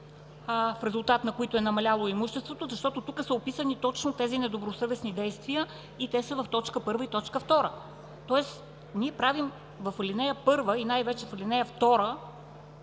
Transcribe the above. в резултат на които е намаляло имуществото, защото тук са описани точно тези недобросъвестни действия и те са в т. 1 и т. 2. Ние правим в ал. 1 и най-вече в ал. 2